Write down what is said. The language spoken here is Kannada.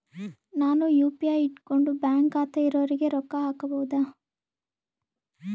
ನಾನು ಯು.ಪಿ.ಐ ಇಟ್ಕೊಂಡು ಬ್ಯಾಂಕ್ ಖಾತೆ ಇರೊರಿಗೆ ರೊಕ್ಕ ಹಾಕಬಹುದಾ?